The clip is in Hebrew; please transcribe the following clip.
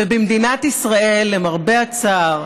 ובמדינת ישראל, למרבה הצער,